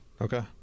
Okay